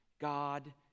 God